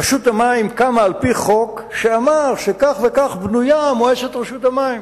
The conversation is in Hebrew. רשות המים קמה על-פי חוק שאמר שכך וכך בנויה מועצת רשות המים,